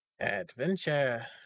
Adventure